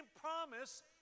promise